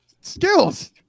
Skills